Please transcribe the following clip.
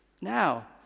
now